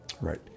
right